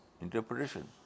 interpretation